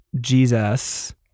Jesus